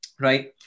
right